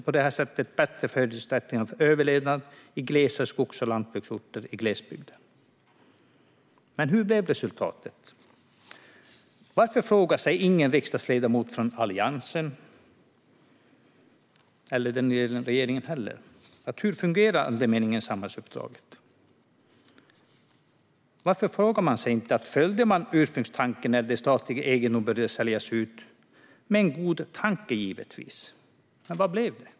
På det sättet skulle man få bättre förutsättningar för överlevnad i skogs och lantbruksorter i glesbygden. Men hur blev resultatet? Varför frågar sig ingen riksdagsledamot från Alliansen och inte heller regeringen hur andemeningen i samhällsuppdraget fungerar? Varför frågar man sig inte om man följde ursprungstanken när statlig egendom började säljas ut, givetvis med en god tanke? Men hur blev det?